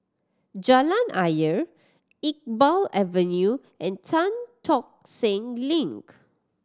Jalan Ayer Iqbal Avenue and Tan Tock Seng Link